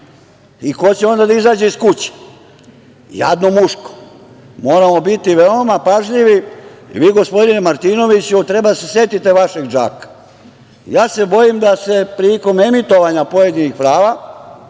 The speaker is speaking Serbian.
Ko će onda da izađe iz kuće? Jadno muško. Moramo biti veoma pažljivi. Vi gospodine Martinoviću treba da se setite vašeg džaka. Bojim se da se prilikom emitovanja pojedinih prava,